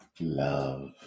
love